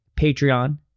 Patreon